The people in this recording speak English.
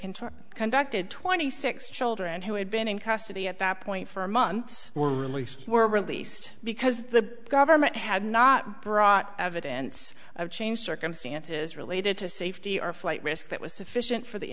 kentucky conducted twenty six children who had been in custody at that point for months were released were released because the government had not brought evidence of changed circumstances related to safety or flight risk that was sufficient for the